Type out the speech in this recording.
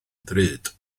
ddrud